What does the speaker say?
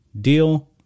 deal